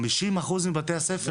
חמישים אחוז מבתי הספר?